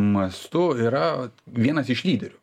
mastu yra vienas iš lyderių